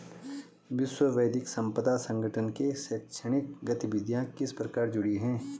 विश्व बौद्धिक संपदा संगठन से शैक्षणिक गतिविधियां किस प्रकार जुड़ी हैं?